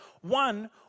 One